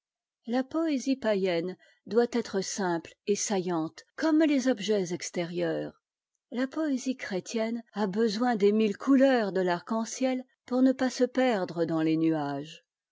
la poésie païenne doit être simple et saillante comme les objets extérieurs la poésie chrétienne a besoin des mille couleurs de l'arc-en-ciel pour ne pas se perdre dans les nuages